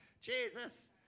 Jesus